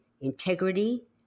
integrity